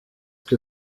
que